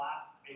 last